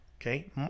okay